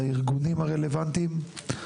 לארגונים הרלוונטיים.